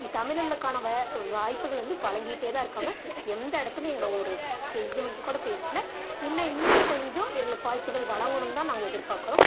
தமிழர்களுக்கான வாய்ப்புகள் வந்து வழங்கிட்டே தான் இருக்காங்க எந்த இடத்துலையும் எங்களை ஒரு து இது மட்டும்கூட பேசல என்ன இன்னும் கொஞ்சம் எங்களுக்கு வாய்ப்புகள் வழங்கணுன்னு தான் நாங்கள் எதிர்பார்க்குறோம்